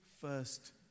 first